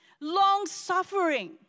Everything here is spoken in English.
Long-suffering